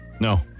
No